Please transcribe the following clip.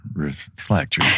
reflect